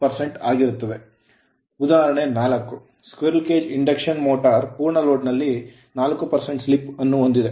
ಮುಂದೆ ಉದಾಹರಣೆ 4 squirrel cage induction motor ಅಳಿಲು ಪಂಜರ ಇಂಡಕ್ಷನ್ ಮೋಟರ್ ಪೂರ್ಣ load ಲೋಡ್ ನಲ್ಲಿ 4 slip ಸ್ಲಿಪ್ ಅನ್ನು ಹೊಂದಿದೆ